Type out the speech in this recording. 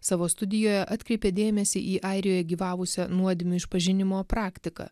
savo studijoje atkreipė dėmesį į airijoje gyvavusią nuodėmių išpažinimo praktiką